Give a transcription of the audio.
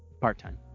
Part-time